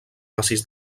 massís